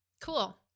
Cool